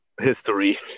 history